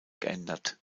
geändert